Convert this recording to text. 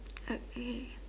okay